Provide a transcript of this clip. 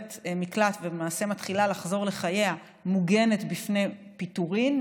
מקלט ולמעשה מתחילה לחזור לחייה מוגנת בפני פיטורין,